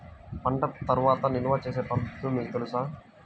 పంట తర్వాత నిల్వ చేసే పద్ధతులు మీకు తెలుసా?